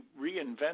reinvent